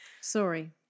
sorry